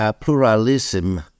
pluralism